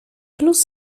plus